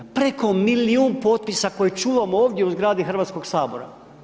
Preko milijun potpisa koje čuvamo ovdje u zgradi Hrvatskoga sabora.